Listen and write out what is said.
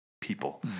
people